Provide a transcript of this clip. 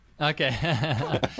Okay